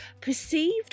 perceived